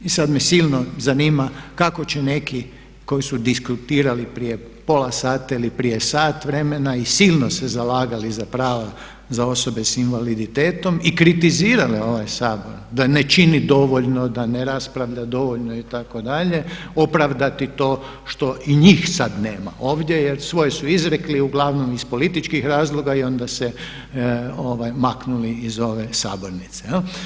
I sad me silno zanima kako će neki koji su diskutirali prije pola sata ili prije sat vremena i silno se zalagali za prava za osobe s invaliditetom i kritizirale ovaj Sabor da ne čini dovoljno, da ne raspravlja dovoljno itd. opravdati to što i njih sad nema ovdje jer svoje su izrekli uglavnom iz političkih razloga i onda se maknuli iz ove sabornice.